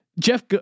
Jeff